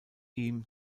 ihm